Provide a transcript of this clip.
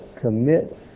commit